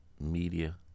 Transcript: Media